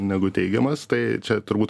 negu teigiamas tai čia turbūt